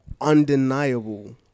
undeniable